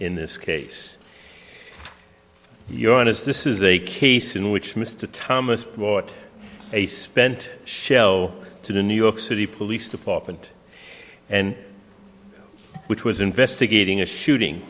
in this case your honour's this is a case in which mr thomas brought a spent shell to the new york city police department and which was investigating a shooting